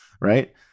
right